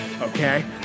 okay